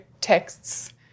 texts